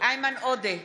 איימן עודה,